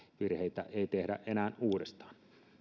virheitä ei tehdä enää uudestaan